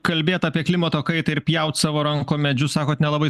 kalbėt apie klimato kaitą ir pjaut savo rankom medžius sakot nelabai